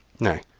nay,